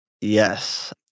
Yes